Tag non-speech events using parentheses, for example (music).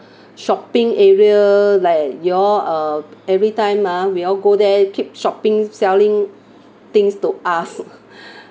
shopping area like you all uh every time uh we all go there keep shopping selling things to us (laughs)